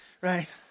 right